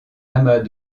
amas